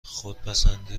خودپسندی